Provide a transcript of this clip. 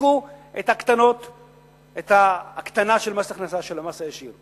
תפסיקו את ההקטנה של מה הכנסה, של המס הישיר.